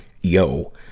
Yo